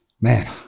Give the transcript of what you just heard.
man